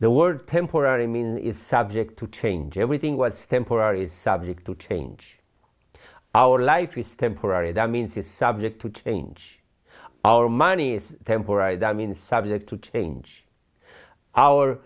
the words temporary means is subject to change everything was temporary is subject to change our life is temporary the means is subject to change our money is temporary that means subject to change our